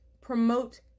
promote